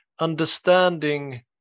understanding